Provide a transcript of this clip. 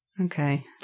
Okay